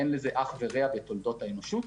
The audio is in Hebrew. אין לזה אח ורע בתולדות האנושות.